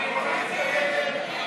איימן עודה,